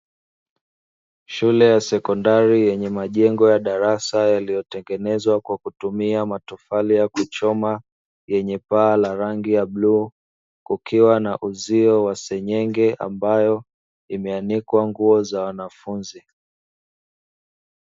Shule ya sekondari yenye majengo ya darasa yaliyotengenezwa kwa kutumia matofali ya kuchoma yenye paa la rangi ya bluu, kukiwa na uzio wa senyenge ambayo imeanikwa nguo za wanafunzi.